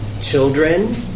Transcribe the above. children